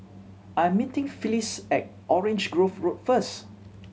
I'm meeting Phyliss at Orange Grove Road first